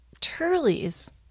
Turley's